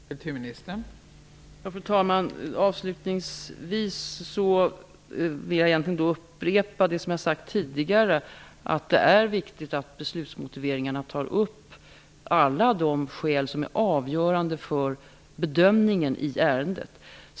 Fru talman! Avslutningsvis vill jag upprepa det som jag har sagt tidigare, nämligen att det är viktigt att beslutsmotiveringarna tar upp alla de skäl som är avgörande för bedömningen i ärendet.